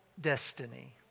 destiny